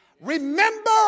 Remember